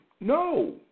No